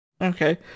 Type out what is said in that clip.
Okay